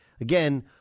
again